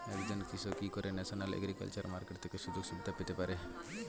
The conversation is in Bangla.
একজন কৃষক কি করে ন্যাশনাল এগ্রিকালচার মার্কেট থেকে সুযোগ সুবিধা পেতে পারে?